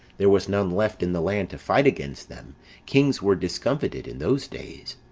there was none left in the land to fight against them kings were discomfited in those days.